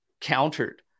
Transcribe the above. countered